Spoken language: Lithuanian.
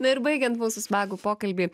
na ir baigiant mūsų smagų pokalbį